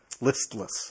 Listless